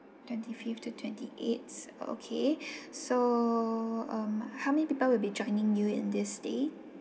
twenty fifth to twenty eighth okay so um how many people will be joining you in this stay